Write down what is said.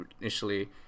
initially